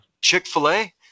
Chick-fil-A